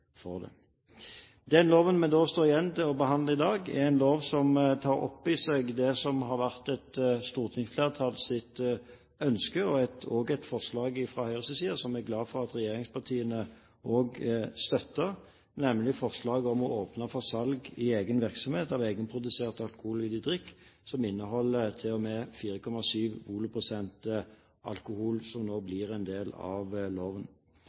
for det. Den loven vi nå står igjen med og skal behandle i dag, er en lov som tar opp i seg det som har vært et stortingsflertalls ønske, og også et forslag fra Høyre som vi er glade for at regjeringspartiene støtter, nemlig forslaget om å åpne for salg i egen virksomhet av egenprodusert alkoholholdig drikk som innholder til og med 4,7 volumprosent alkohol, som nå blir en del av loven.